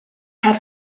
had